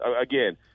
again